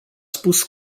spus